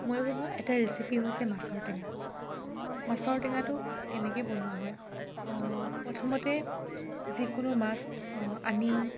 মই বনোৱা এটা ৰেচিপি হৈছে মাছৰ টেঙা মাছৰ টেঙাটো কেনেকৈ বনোৱা হয় প্ৰথমতে যিকোনো মাছ আনি